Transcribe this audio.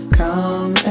come